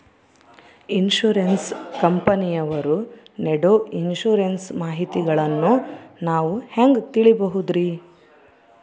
Insurance ಕಂಪನಿಯವರು ನೇಡೊ insurance ಮಾಹಿತಿಗಳನ್ನು ನಾವು ಹೆಂಗ ತಿಳಿಬಹುದ್ರಿ?